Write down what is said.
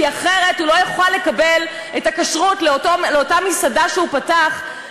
כי אחרת הוא לא יוכל לקבל את תעודת הכשרות לאותה מסעדה שהוא פתח,